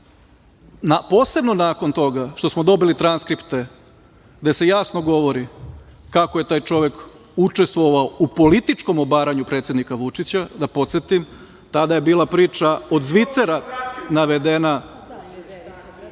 posebno nakon toga što smo dobili transkripte gde se jasno govori kako je taj čovek učestvovao u političkom obaranju predsednika Vučića, da podsetim, tada je bila priča od Zvicera navedena